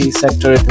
sector